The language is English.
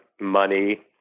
money